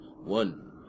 One